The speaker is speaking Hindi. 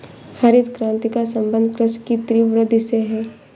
हरित क्रान्ति का सम्बन्ध कृषि की तीव्र वृद्धि से है